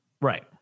Right